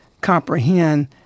comprehend